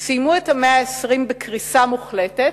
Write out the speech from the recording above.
סיימו את המאה ה-20 בקריסה מוחלטת,